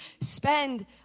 spend